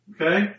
Okay